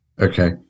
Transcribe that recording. okay